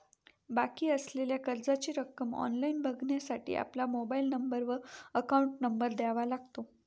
बाकी असलेल्या कर्जाची रक्कम ऑनलाइन बघण्यासाठी आपला मोबाइल नंबर व अकाउंट नंबर द्यावा लागतो